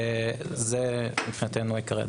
וזה מבחינתנו עיקרי הדברים.